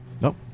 Nope